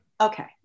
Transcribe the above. Okay